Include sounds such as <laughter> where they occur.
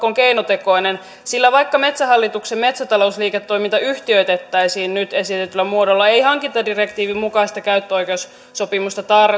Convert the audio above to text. <unintelligible> ovat keinotekoisia sillä vaikka metsähallituksen metsätalousliiketoiminta yhtiöitettäisiin nyt esitetyllä muodolla ei hankintadirektiivin mukaista käyttöoikeussopimusta